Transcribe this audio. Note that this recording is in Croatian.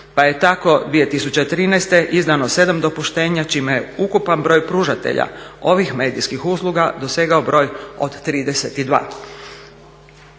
pa je tako 2013. izdano 7 dopuštenja čime je ukupan broj pružatelja ovih medijskih usluga dosegao broj od 32.